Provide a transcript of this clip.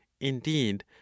indeed